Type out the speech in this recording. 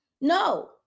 No